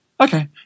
Okay